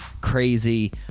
crazy